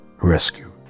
rescue